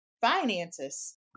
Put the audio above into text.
finances